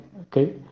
okay